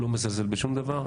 לא מזלזל בשום דבר.